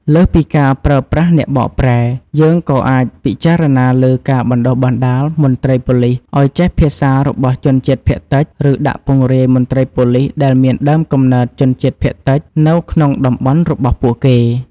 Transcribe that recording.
លើសពីការប្រើប្រាស់អ្នកបកប្រែ យើងក៏អាចពិចារណាលើការបណ្ដុះបណ្ដាលមន្ត្រីប៉ូលិសឱ្យចេះភាសារបស់ជនជាតិភាគតិច ឬដាក់ពង្រាយមន្ត្រីប៉ូលិសដែលមានដើមកំណើតជាជនជាតិភាគតិចនៅក្នុងតំបន់របស់ពួកគេ។